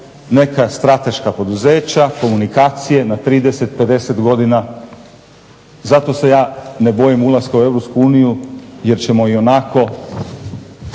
neka strateška poduzeća, komunikacije na 30, 50 godina. Zato se ja ne bojim ulaska u Europsku uniju jer ćemo ionako